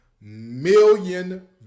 million